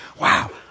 Wow